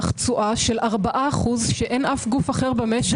תשואה של 4% שאין אף גוף במשק שיכול להבטיח.